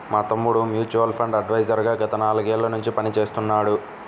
మా తమ్ముడు mutual fund adviser గా గత నాలుగేళ్ళ నుంచి పనిచేస్తున్నాడు